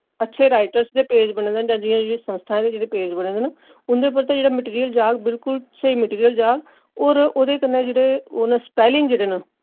अच्छे राइटर्स दे पेज बने दे जां जि'यां संस्थाएं दे जेह्ड़े पेज बने दे न उं'दे पर ते जेह्ड़ा मटीरियल जाग बिलकुल स्हेई मटीरियल जाग और ओह्दे कन्नै जेह्ड़े ओह् स्पैलिंग जेह्ड़े न